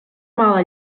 mala